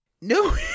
No